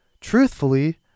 Truthfully